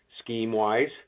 scheme-wise